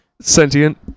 Sentient